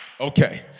Okay